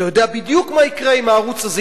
אתה יודע בדיוק מה יקרה אם הערוץ הזה